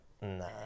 nah